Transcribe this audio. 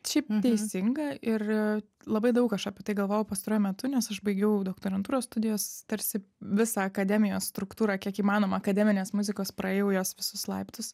šiaip teisinga ir labai daug aš apie tai galvojau pastaruoju metu nes aš baigiau doktorantūros studijos tarsi visą akademijos struktūrą kiek įmanoma akademinės muzikos praėjau jos visus laiptus